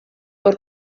hor